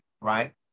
right